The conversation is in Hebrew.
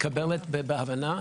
מתקבלת בהבנה.